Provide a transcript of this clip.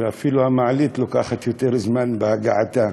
ואפילו המעלית לוקחת יותר זמן בהגעתה.